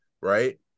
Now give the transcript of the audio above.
right